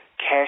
Cash